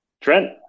Trent